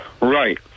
Right